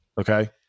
Okay